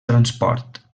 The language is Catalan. transport